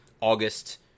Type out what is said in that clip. august